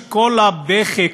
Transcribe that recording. שכל הבכי,